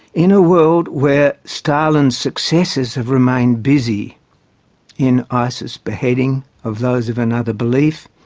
in a world where stalin's successors have remained busy in isis' beheading of those of another belief,